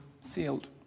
sealed